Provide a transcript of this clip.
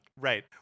Right